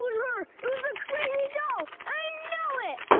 her! it was the crazy doll! i know it!